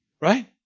Right